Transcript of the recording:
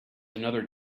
another